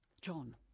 John